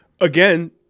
Again